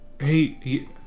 Hey